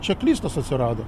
čeklistas atsirado